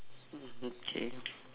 okay